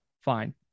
Fine